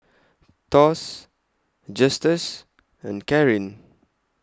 Thos Justus and Caryn